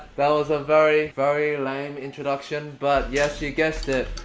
that was a very, very lame introduction, but yes, you guessed it.